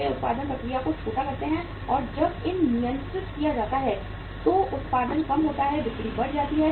वे उत्पादन प्रक्रिया को छोटा करते हैं और जब इसे नियंत्रित किया जाता है तो उत्पादन कम हो जाता है बिक्री बढ़ जाती है